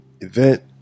event